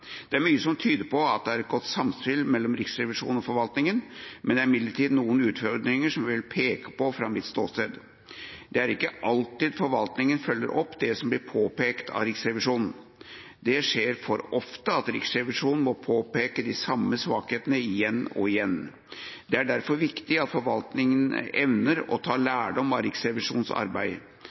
Det er mye som tyder på at det er et godt samspill mellom Riksrevisjonen og forvaltninga. Det er imidlertid noen utfordringer som jeg vil peke på fra mitt ståsted. Det er ikke alltid forvaltninga følger opp det som blir påpekt av Riksrevisjonen. Det skjer for ofte at Riksrevisjonen må påpeke de samme svakhetene igjen og igjen. Det er derfor viktig at forvaltninga evner å ta lærdom av Riksrevisjonens arbeid,